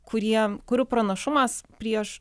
kurie kurių pranašumas prieš